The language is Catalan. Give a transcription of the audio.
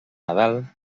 nadal